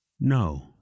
No